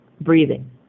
breathing